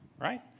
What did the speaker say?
right